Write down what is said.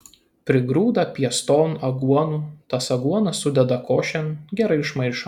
prigrūda pieston aguonų tas aguonas sudeda košėn gerai išmaišo